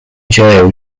jail